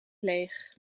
leeg